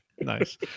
Nice